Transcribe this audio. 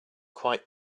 quite